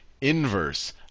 inverse